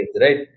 right